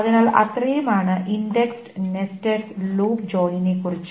അതിനാൽ അത്രയുമാണ് indexed nested loop join നെക്കുറിച്ച്